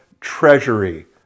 treasury